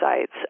sites